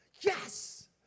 Yes